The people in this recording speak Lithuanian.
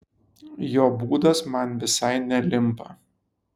jo būdas man visai nelimpa